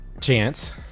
Chance